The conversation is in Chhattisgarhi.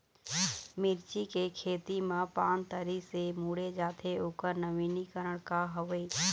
मिर्ची के खेती मा पान तरी से मुड़े जाथे ओकर नवीनीकरण का हवे?